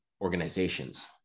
organizations